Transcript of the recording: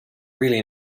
really